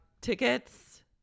tickets